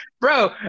bro